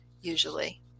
usually